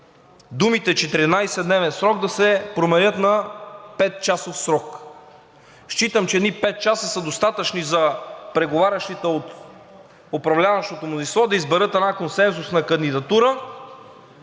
думите „14-дневен срок“ да се променят на „петчасов срок“. Считам, че едни пет часа са достатъчни за преговарящите от управляващото мнозинство да изберат една консенсусна кандидатура